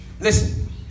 Listen